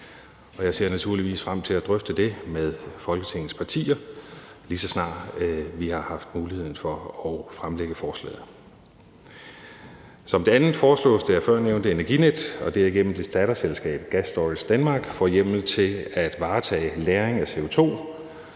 frem til at drøfte det med Folketingets partier, lige så snart vi har haft mulighed for at fremsætte forslaget. For det andet foreslås det, at førnævnte Energinet og derigennem dets datterselskab Gas Storage Denmark får hjemmel til at varetage lagring af CO2.